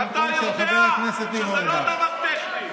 לא מתבייש,